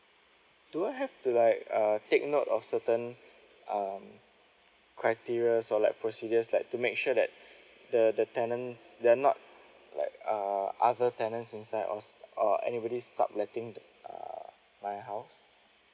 do I have to like uh take note of certain um criterias or like procedures like to make sure that the the tenants they're not like um other tenants inside or s~ or anybody sub letting the uh my house